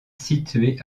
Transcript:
située